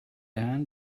hand